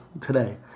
today